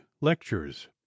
Lectures